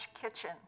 kitchen